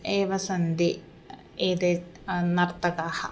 एव सन्ति एते नर्तकाः